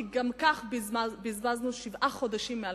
כי גם כך בזבזנו שבעה חודשים מ-2009.